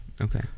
okay